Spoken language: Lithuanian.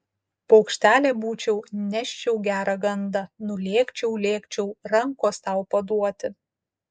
paukštelė būčiau neščiau gerą gandą nulėkčiau lėkčiau rankos tau paduoti